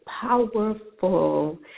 powerful